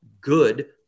good